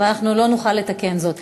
ואנחנו לא נוכל לתקן זאת.